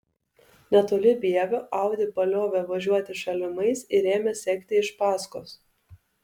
netoli vievio audi paliovė važiuoti šalimais ir ėmė sekti iš paskos